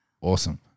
awesome